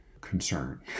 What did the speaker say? concern